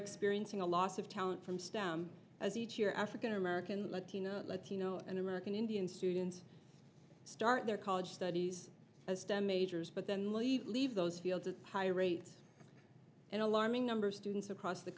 experiencing a loss of talent from stem as each year african american latino and american indian students start their college studies as stem majors but then leave leave those fields at higher rates and alarming numbers students across the